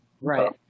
Right